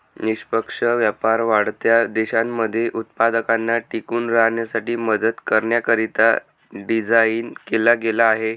निष्पक्ष व्यापार वाढत्या देशांमध्ये उत्पादकांना टिकून राहण्यासाठी मदत करण्याकरिता डिझाईन केला गेला आहे